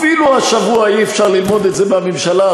אפילו השבוע אי-אפשר ללמוד את זה מהממשלה,